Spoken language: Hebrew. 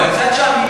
המילים הן חינם.